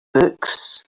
books